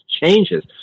changes